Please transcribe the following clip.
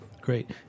great